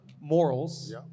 Morals